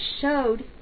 showed